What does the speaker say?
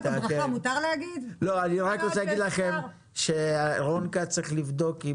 אני רק רוצה להגיד לכם שרון כץ צריך לבדוק עם